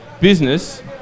business